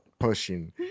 pushing